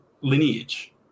lineage